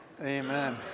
Amen